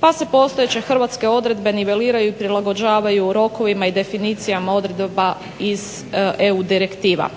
pa se postojeće hrvatske odredbe niveliraju i prilagođavaju rokovima i definicijama odredba iz EU direktiva.